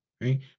right